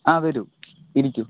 ആ വരു ഇരിക്കൂ